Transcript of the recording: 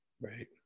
right